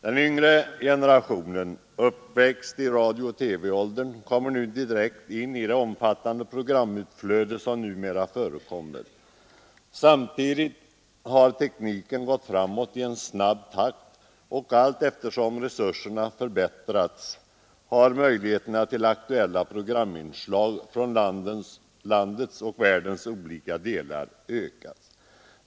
Den yngre generationen — uppväxt i radiooch TV-åldern — råkar direkt in i det omfattande programutflöde som numera förekommer. Samtidigt har tekniken gått framåt i snabb takt, och allteftersom resurserna förbättrats har möjligheterna till aktuella programinslag från landets och världens olika delar ökat.